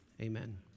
amen